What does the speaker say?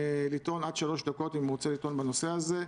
לטעון עד שלוש דקות, אם הוא רוצה לטעון בנושא הזה.